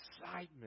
excitement